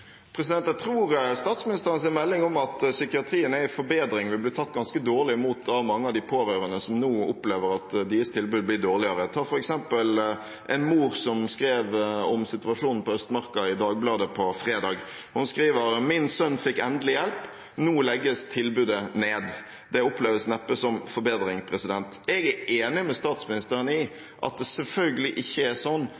forbedring, vil bli tatt ganske dårlig imot av mange av de pårørende som nå opplever at deres tilbud blir dårligere. Ta f.eks. en mor som skrev om situasjonen på Østmarka i Dagbladet på fredag. Hun skriver: «Min sønn fikk endelig hjelp. Nå legges tilbudet ned.» Det oppleves neppe som forbedring. Jeg er enig med statsministeren